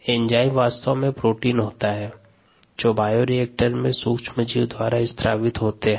enzyme वास्तव में protein है जो बायोरिएक्टर में सूक्ष्मजीव के द्वारा स्त्रावित होते हैं